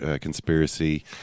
conspiracy